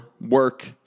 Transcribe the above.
work